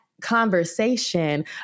conversation